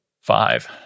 Five